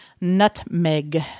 Nutmeg